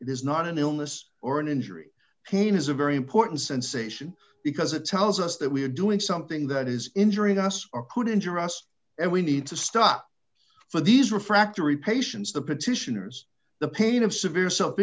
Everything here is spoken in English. it is not an illness or an injury pain is a very important sensation because it tells us that we are doing something that is injuring us or could injure us and we need to stop for these refractory patients the petitioner's the pain of severe s